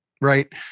right